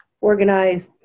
organized